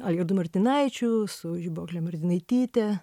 algirdu martinaičiu su žibuokle martinaityte